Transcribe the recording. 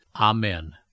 Amen